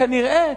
כנראה,